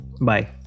Bye